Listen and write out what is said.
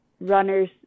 runners